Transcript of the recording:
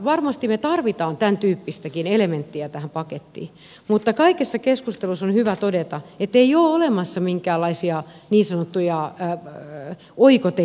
varmasti me tarvitsemme tämäntyyppistäkin elementtiä tähän pakettiin mutta kaikessa keskustelussa on hyvä todeta että ei ole olemassa minkäänlaisia niin sanottuja oikoteitä onneen